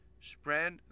Spread